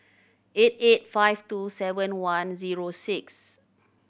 eight eight five two seven one zero six